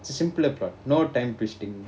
it's a simpler plot no time twisting